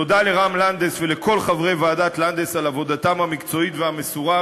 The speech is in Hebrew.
תודה לרם לנדס ולכל חברי ועדת לנדס על עבודתם המקצועית והמסורה,